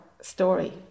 story